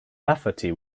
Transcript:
lafferty